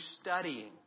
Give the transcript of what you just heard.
studying